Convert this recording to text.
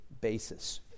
Basis